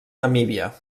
namíbia